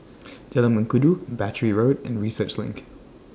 Jalan Mengkudu Battery Road and Research LINK